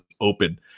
open